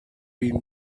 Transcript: been